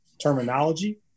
terminology